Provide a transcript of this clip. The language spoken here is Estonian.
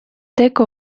tegu